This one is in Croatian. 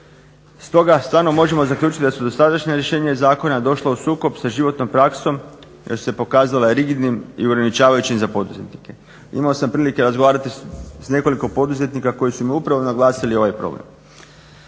Stoga stvarno možemo zaključiti da su dosadašnja rješenja iz zakona došla u sukob sa životnom praksom jer se pokazala rigidnim i ograničavajućim za poduzetnike. Imao sam prilike razgovarati sa nekoliko poduzetnika koji su mi upravo naglasili ovaj problem.